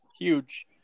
huge